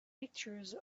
pictures